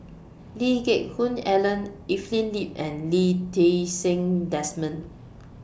Lee Geck Hoon Ellen Evelyn Lip and Lee Ti Seng Desmond